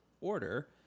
order